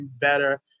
better